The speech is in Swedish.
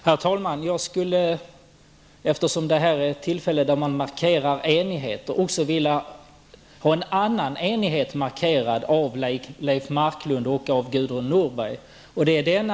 Herr talman! Eftersom det här är ett tillfälle när man markerar enighet, skulle jag också vilja att Leif Marklund och Gudrun Norberg markerade en annan enighet.